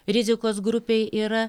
rizikos grupėj yra